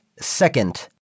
second